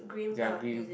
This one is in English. ya green